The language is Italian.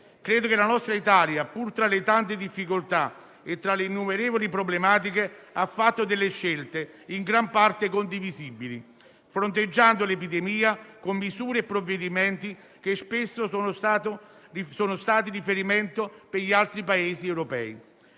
Credo che la nostra Italia, pur tra le tante difficoltà e tra le innumerevoli problematiche, abbia fatto delle scelte in gran parte condivisibili fronteggiando l'epidemia con misure e provvedimenti che spesso sono stati riferimento per gli altri Paesi europei.